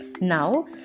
now